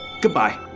Goodbye